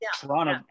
Toronto